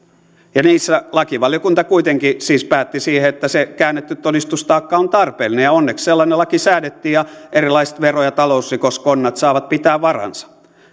ja silloin lakivaliokunta kuitenkin siis päätti että se käännetty todistustaakka on tarpeellinen ja onneksi sellainen laki säädettiin ja erilaiset vero ja talousrikoskonnat saavat pitää varansa